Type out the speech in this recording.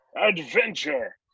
Adventure